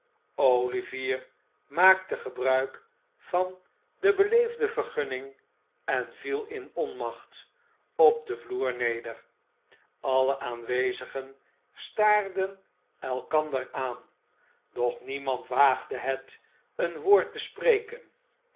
olivier maakte gebruik van de beleefde vergunning en viel in onmacht op den vloer neder alle aanwezigen staarden elkander aan doch niemand waagde het een woord te spreken